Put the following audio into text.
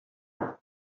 per